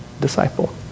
disciple